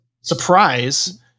surprise